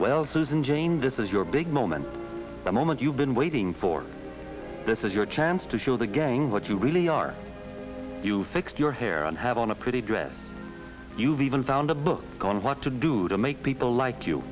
well susan jane this is your big moment the moment you've been waiting for this is your chance to show the gang what you really are you fix your hair on have on a pretty dress you've even found a book on what to do to make people like you